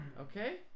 Okay